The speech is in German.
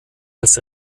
als